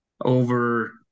over